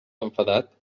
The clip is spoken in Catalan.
enfadat